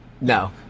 No